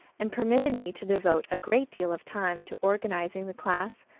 and permitted me to devote a great deal of time to organizing the class,